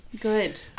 Good